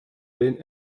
den